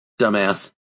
dumbass